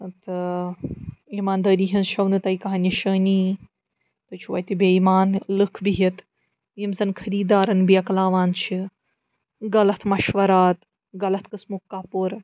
تہٕ ایٖمان دٲری ہٕنٛز چھَو نہٕ تۄہہِ کانٛہہ نِشٲنی تُہۍ چھُو اَتہِ بےٚ ایٖمان لُکھ بِہِتھ یِم زَن خٔریٖدارَن بیقلاوان چھِ غلط مَشورات غلط قٕسمُک کَپُر